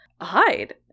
hide